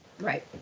right